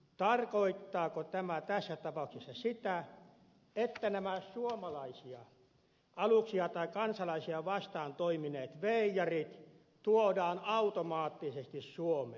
tarkoittaako tämä tässä tapauksessa sitä että nämä suomalaisia aluksia tai kansalaisia vastaan toimineet veijarit tuodaan automaattisesti suomeen käräjille